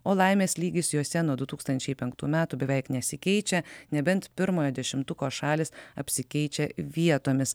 o laimės lygis jose nuo du tūkstančiai penktų metų beveik nesikeičia nebent pirmojo dešimtuko šalys apsikeičia vietomis